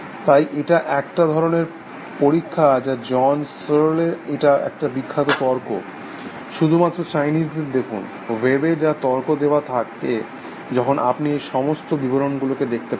তাই এটা একটা ধারণার পরিক্ষা যা জন সিয়ারেল এটা একটা বিখ্যাত তর্কশুধুমাত্র চাইনিজদের দেখুন ওয়েবে যার তর্ক দেওয়া থাকে যখন আপনি এই সমস্ত বিবরণগুলো দেখতে পাবেন